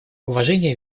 уважение